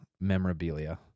memorabilia